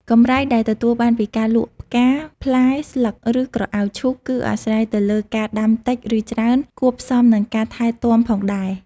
កម្រៃដែលទទួលបានពីការលក់ផ្កា ផ្លែ ស្លឹក ឬក្រអៅឈូក គឺអាស្រ័យទៅលើការដាំតិចឬច្រើន គួបផ្សំនឹងការថែទាំផងដែរ ។